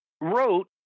wrote